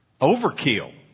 overkill